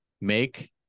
make